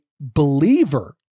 believer